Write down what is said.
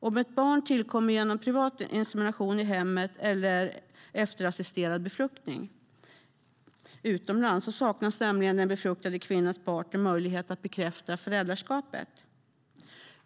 Om ett barn tillkommer genom privat insemination i hemmet eller efter assisterad befruktning utomlands saknar nämligen den befruktade kvinnans partner möjlighet att bekräfta sitt föräldraskap.